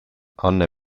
anne